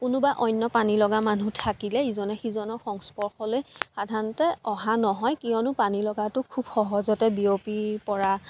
কোনোবা অন্য পানীলগা মানুহ থাকিলে ইজনে সিজনৰ সংস্পৰ্শলে সাধাৰণতে অহা নহয় কিয়নো পানী লগাটো খুব সহজতে বিয়পি পৰা